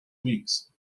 weeks